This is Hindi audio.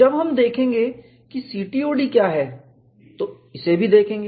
जब हम देखेंगे कि CTOD क्या है तो इसे भी देखेंगे